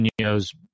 Munoz